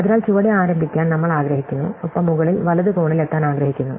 അതിനാൽ ചുവടെ ആരംഭിക്കാൻ നമ്മൾ ആഗ്രഹിക്കുന്നു ഒപ്പം മുകളിൽ വലത് കോണിൽ എത്താൻ ആഗ്രഹിക്കുന്നു